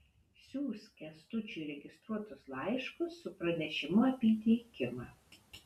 siųsk kęstučiui registruotus laiškus su pranešimu apie įteikimą